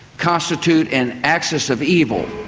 constitute an axis of evil.